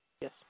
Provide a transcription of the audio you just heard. Yes